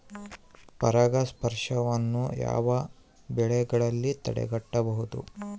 ಪರಾಗಸ್ಪರ್ಶವನ್ನು ಯಾವ ಬೆಳೆಗಳಲ್ಲಿ ತಡೆಗಟ್ಟಬೇಕು?